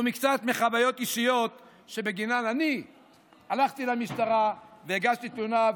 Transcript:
מקצת מהחוויות האישיות שבגינן אני הלכתי למשטרה והגשתי תלונה,